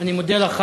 אני מודה לך